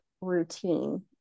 routine